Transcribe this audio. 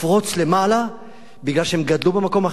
לפרוץ למעלה מפני שהם גדלו במקום אחר,